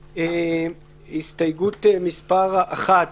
הסתייגות מס' 1,